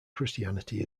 christianity